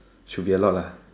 should be a lot lah